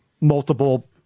multiple